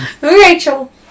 Rachel